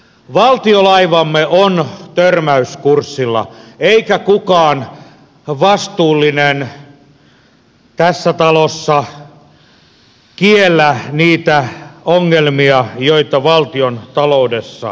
valtiolaivamme on törmäyskurssilla eikä kukaan vastuullinen tässä talossa kiellä niitä ongelmia joita valtiontaloudessa on